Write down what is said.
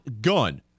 gun